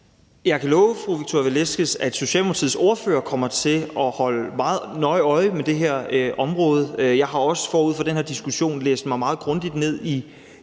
Velasquez, at Socialdemokratiets ordfører kommer til at holde meget nøje øje med det her område. Jeg har også forud for den her diskussion læst mig meget grundigt ned i